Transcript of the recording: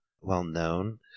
well-known